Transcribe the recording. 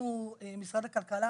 משרד הכלכלה